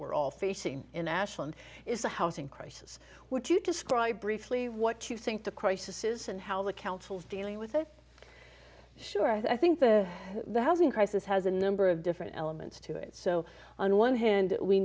we're all facing in ashland is a housing crisis would you describe briefly what you think the crisis is and how the council's dealing with it sure i think that the housing crisis has a number of different elements to it so on one hand we